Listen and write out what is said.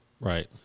Right